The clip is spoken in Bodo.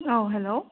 औ हेलौ